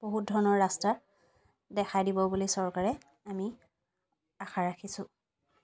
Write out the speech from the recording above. বহুত ধৰণৰ ৰাস্তা দেখাই দিব বুলি চৰকাৰে আমি আশা ৰাখিছোঁ